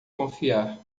confiar